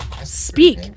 speak